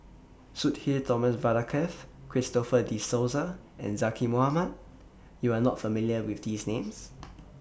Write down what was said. Sudhir Thomas Vadaketh Christopher De Souza and Zaqy Mohamad YOU Are not familiar with These Names